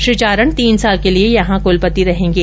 श्री चारण तीन साल के लिये यहां कुलपति रहेंगे